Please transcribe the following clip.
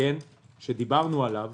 שדיברנו עליו